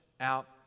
out